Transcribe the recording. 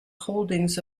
holdings